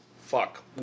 fuck